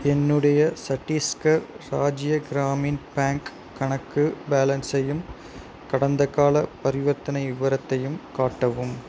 என்னுடைய சட்டீஸ்கர் ராஜ்ய கிராமின் பேங்க் கணக்கு பேலன்ஸையும் கடந்தகால பரிவர்த்தனை விவரத்தையும் காட்டவும்